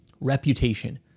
Reputation